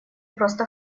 просто